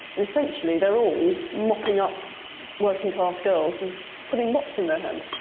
and, essentially, they're all mopping up working class girls and putting mops in their hand.